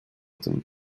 tym